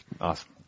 Awesome